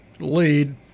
lead